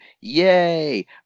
yay